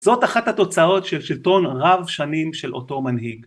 זאת אחת התוצאות של שלטון רב שנים של אותו מנהיג.